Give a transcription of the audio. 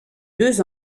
deux